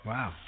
Wow